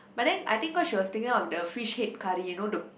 but then I think cause she was thinking of the fish head curry you know the big